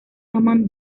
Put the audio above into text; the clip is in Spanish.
common